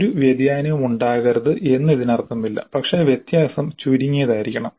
ഒരു വ്യതിയാനവും ഉണ്ടാകരുത് എന്ന് ഇതിനർത്ഥമില്ല പക്ഷേ വ്യത്യാസം ചുരുങ്ങിയതായിരിക്കണം